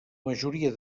majoria